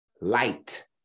light